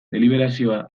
deliberazioa